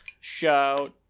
Shout